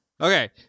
Okay